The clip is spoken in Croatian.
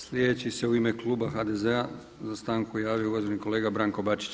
Sljedeći se u ime Kluba HDZ-a za stanku javio uvaženi kolega Branko Bačić.